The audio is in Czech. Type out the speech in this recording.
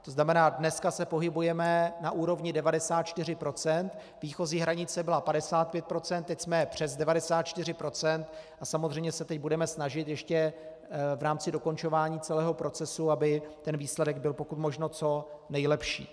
To znamená, dneska se pohybujeme na úrovni 94 %, výchozí hranice byla 55 %, teď jsme přes 94 %, a samozřejmě se teď budeme snažit ještě v rámci dokončování celého procesu, aby ten výsledek byl pokud možno co nejlepší.